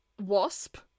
wasp